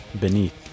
Beneath